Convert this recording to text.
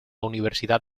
universidad